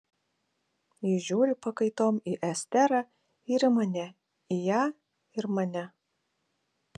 jis žiūri pakaitom į esterą ir į mane į ją ir mane